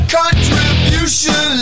contribution